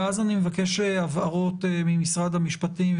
ואז אני אבקש הבהרות ממשרד המשפטים,